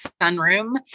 sunroom